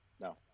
No